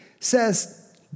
says